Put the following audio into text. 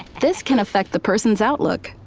this can affect the person's outlook,